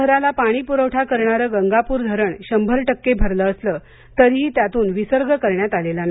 शहराला पाणी पुरवठा करणारं गंगापूर धरण शंभर टक्के भरलं असलं तरीही त्यातून विसर्ग करण्यात आलेला नाही